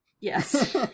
Yes